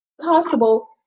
possible